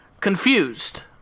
Confused